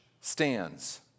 stands